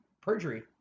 perjury